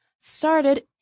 started